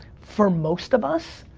for most of us,